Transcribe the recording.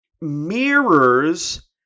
mirrors